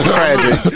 tragic